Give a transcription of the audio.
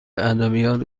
ادبیات